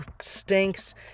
stinks